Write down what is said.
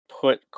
put